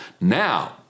Now